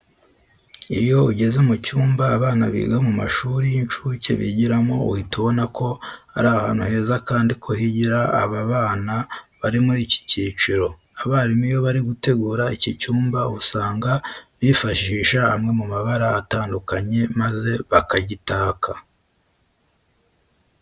Iyo ugeze mu cyumba abana biga mu mashuri y'inshuke bigiramo uhita ubona ko ari ahantu heza kandi ko higira aba bana bari muri iki cyiciro. Abarimu iyo bari gutegura iki cyumba usanga bifashisha amwe mu mabara atandukanye maze bakagitaka.